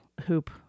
hoop